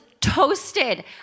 toasted